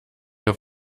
auf